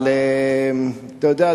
אבל אתה יודע,